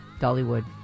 Dollywood